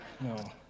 No